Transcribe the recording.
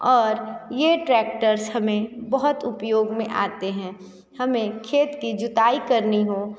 और यह ट्रैक्टर्स हमें बहुत उपयोग में आते हैं हमें खेत की जुताई करनी हो